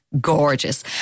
gorgeous